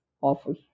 awful